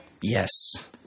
yes